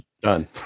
Done